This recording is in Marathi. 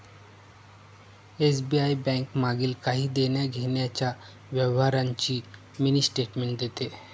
एस.बी.आय बैंक मागील काही देण्याघेण्याच्या व्यवहारांची मिनी स्टेटमेंट देते